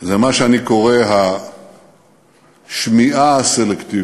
זה מה שאני קורא לו השמיעה הסלקטיבית,